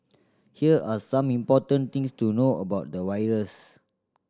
here are some important things to know about the virus